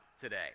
today